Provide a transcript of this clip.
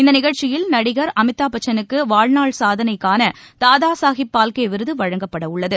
இந்த நிகழ்ச்சியில் நடிகர் அமிதாப்பச்சனுக்கு வாழ்நாள் சாதனைக்கான தாதா சாஹேப் பால்கே விருது வழங்கப்பட உள்ளது